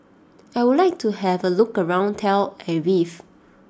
I would like to have a look around Tel Aviv